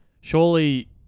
Surely